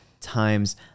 times